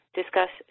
discuss